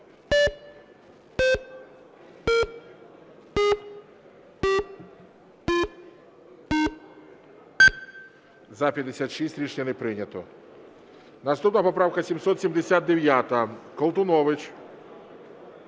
За-56 Рішення не прийнято. Наступна поправка 779. Колтунович.